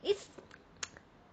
it's